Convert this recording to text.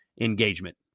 engagement